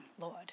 Lord